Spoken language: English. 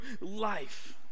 life